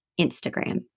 Instagram